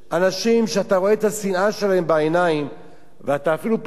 שאתה רואה את השנאה שלהם בעיניים ואתה אפילו פוחד לבקש עזרה.